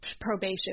Probation